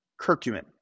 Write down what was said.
curcumin